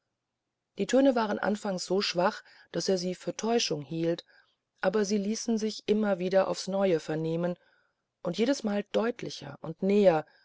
diese töne waren anfangs so schwach daß er sie für täuschung hielt aber sie ließen sich immer wieder aufs neue vernehmen und jedesmal deutlicher und näher